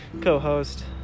co-host